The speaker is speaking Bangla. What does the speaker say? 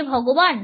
হে ভগবান